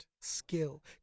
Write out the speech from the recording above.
skill